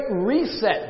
reset